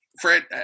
Fred